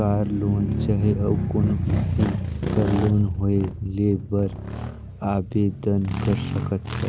car loan चहे अउ कोनो किसिम कर लोन होए लेय बर आबेदन कर सकत ह